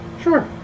Sure